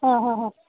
ಹ್ಞೂ ಹ್ಞೂ ಹ್ಞೂ